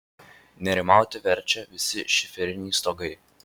nerimauti verčia visi šiferiniai stogai